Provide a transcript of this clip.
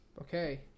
Okay